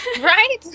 Right